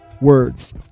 Words